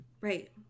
Right